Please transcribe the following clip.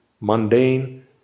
mundane